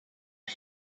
and